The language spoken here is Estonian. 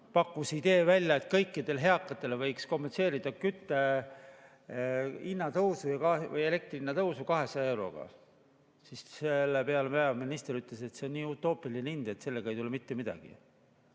pakkus idee välja, et kõikidele eakatele võiks kompenseerida küttehinna tõusu või elektrihinna tõusu 200 euroga. Selle peale peaminister ütles, et see on nii utoopiline hind, et sellest ei tule mitte midagi.